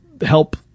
help